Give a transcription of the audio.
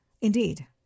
Indeed